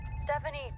Stephanie